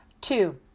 Two